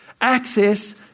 access